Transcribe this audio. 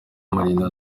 marina